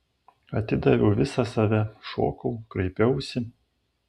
atidaviau visą save šokau kraipiausi